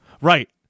Right